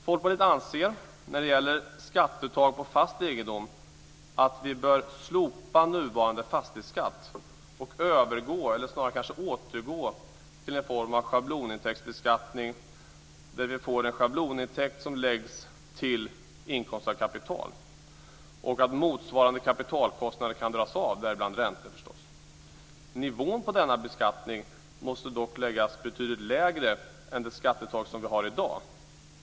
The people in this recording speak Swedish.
Folkpartiet anser när det gäller skatteuttag på fast egendom att vi bör slopa nuvarande fastighetsskatt och övergå, eller återgå, till en form av schablonintäktsbeskattning där vi får en schablonintäkt som läggs till inkomst av kapital. Motsvarande kapitalkostnader kan dras av, däribland förstås räntor. Nivån på denna beskattning måste dock läggas betydligt lägre än det skatteuttag vi har i dag.